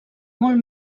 molt